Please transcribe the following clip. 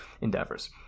endeavors